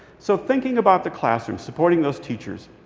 so thinking about the classroom, supporting those teachers,